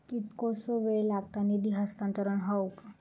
कितकोसो वेळ लागत निधी हस्तांतरण हौक?